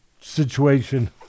situation